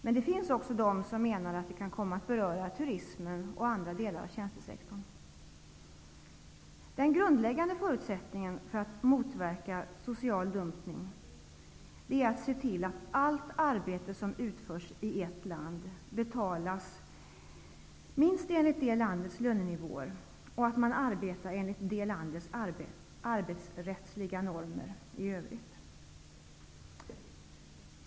Men det finns också de som menar att det kan komma att beröra turismen och andra delar av tjänstesektorn. Den grundläggande förutsättningen för att motverka social dumpning är att se till att allt arbete som utförs i ett land betalas minst enligt det landets lönenivåer och att man arbetar enligt det landets arbetsrättsliga normer i övrigt.